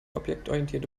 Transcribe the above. objektorientierte